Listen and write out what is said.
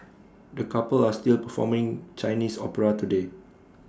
the couple are still performing Chinese opera today